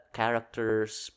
character's